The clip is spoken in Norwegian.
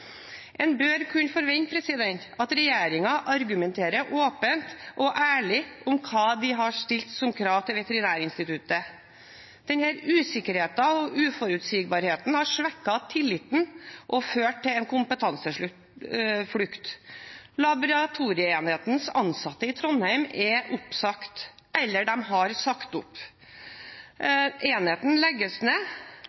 En bør kunne forvente at regjeringen argumenterer åpent og ærlig om hva de har stilt som krav til Veterinærinstituttet. Denne usikkerheten og uforutsigbarheten har svekket tilliten og ført til en kompetanseflukt. Laboratorieenhetens ansatte i Trondheim er oppsagt, eller de har sagt opp.